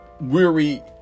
weary